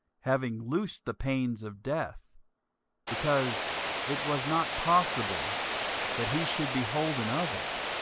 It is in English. having loosed the pains of death because it was not possible that he should be holden of it.